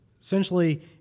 essentially